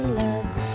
loved